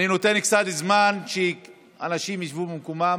אני נותן קצת זמן כדי שאנשים ישבו במקומם